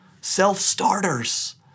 self-starters